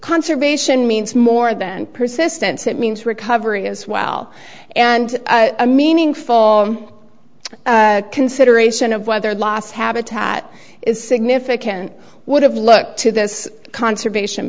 conservation means more than persistence it means recovery as well and a meaningful consideration of whether loss habitat is significant would have looked to this conservation